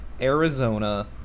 Arizona